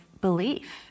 belief